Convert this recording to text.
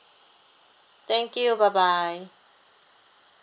thank you bye bye